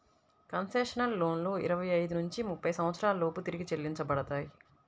concessional లోన్లు ఇరవై ఐదు నుంచి ముప్పై సంవత్సరాల లోపు తిరిగి చెల్లించబడతాయి